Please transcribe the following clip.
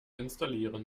installieren